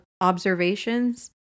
observations